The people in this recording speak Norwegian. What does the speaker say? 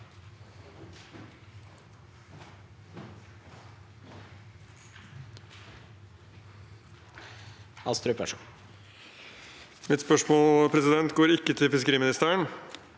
Mitt spørsmål går ikke til fiskeriministeren,